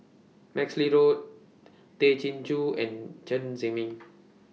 MaxLe Blond Tay Chin Joo and Chen Zhiming